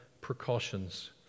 precautions